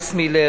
אלכס מילר,